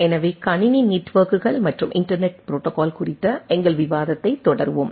எனவே கணினி நெட்வொர்க்குகள் மற்றும் இன்டர்நெட் ப்ரோடோகால் குறித்த எங்கள் விவாதத்தைத் தொடருவோம்